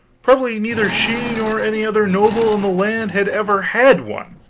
probably neither she nor any other noble in the land had ever had one,